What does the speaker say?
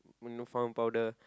powder